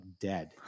dead